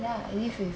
then I live with